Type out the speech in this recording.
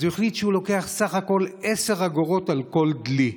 הוא החליט שהוא לוקח בסך הכול 10 אגורות על כל דלי.